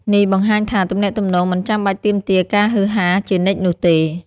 នេះបង្ហាញថា ទំនាក់ទំនងមិនចាំបាច់ទាមទារភាពហ៊ឺហារជានិច្ចនោះទេ។